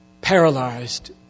paralyzed